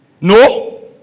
No